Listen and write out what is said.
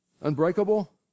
Unbreakable